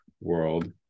world